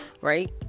Right